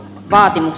vaatimus